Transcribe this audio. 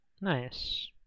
Nice